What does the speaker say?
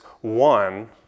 one